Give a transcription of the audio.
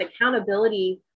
accountability